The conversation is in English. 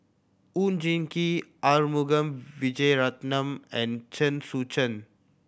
Oon Jin Gee Arumugam Vijiaratnam and Chen Sucheng